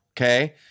okay